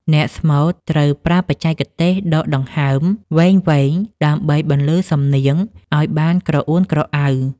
អ្នកស្មូតត្រូវប្រើបច្ចេកទេសដកដង្ហើមវែងៗ ដើម្បីបន្លឺសំនៀងឱ្យបានក្រអួនក្រអៅ។